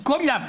כולם.